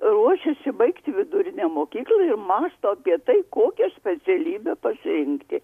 ruošiasi baigti vidurinę mokyklą ir mąsto apie tai kokią specialybę pasirinkti